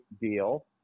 deal